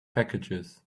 packages